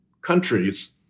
countries